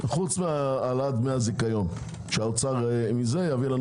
חוץ מהעלאת דמי הזיכיון שהאוצר מזה יביא לנו